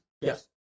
Yes